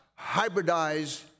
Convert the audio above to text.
hybridize